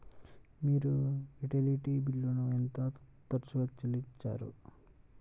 మీరు యుటిలిటీ బిల్లులను ఎంత తరచుగా చెల్లిస్తారు?